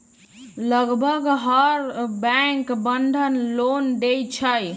लगभग हर bank Bandhan loan देई छई